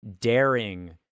daring